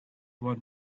want